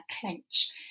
clench